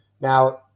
Now